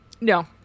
No